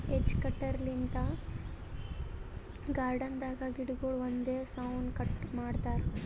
hedge cutter length garden ದಾಗ್ ಗಿಡಗೊಳ್ ಒಂದೇ ಸೌನ್ ಕಟ್ ಮಾಡ್ತಾರಾ